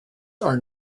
are